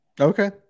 okay